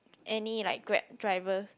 any like Grab drivers